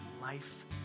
life